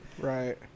Right